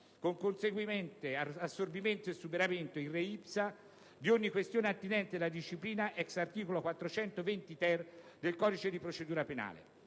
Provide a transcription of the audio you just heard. con conseguente assorbimento e superamento, *in re ipsa*, di ogni questione attinente la disciplina *ex* articolo 420-*ter* del codice di procedura penale.